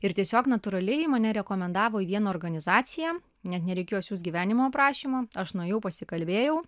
ir tiesiog natūraliai mane rekomendavo į vieną organizaciją net nereikėjo siųst gyvenimo aprašymo aš nuėjau pasikalbėjau